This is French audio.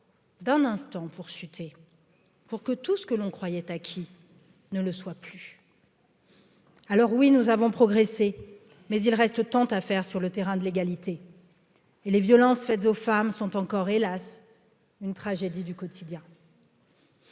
d'un instant pour que tout ce que l'on croyait acquis ne le soit plus Alors, oui, nous avons progressé, mais il reste tant à faire sur le terrain de l'égalité et les violences faites aux femmes sont encore, hélas, une tragédie du quotidien.